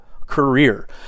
career